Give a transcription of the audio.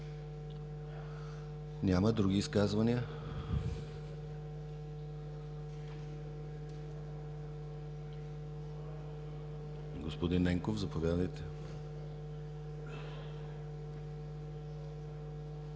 Няма. Други изказвания? Господин Ненков, заповядайте.